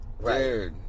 Right